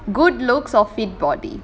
good looks or fit body